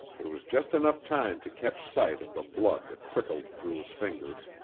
there was just enough time to catch sight of the blood that trickled through his fingers.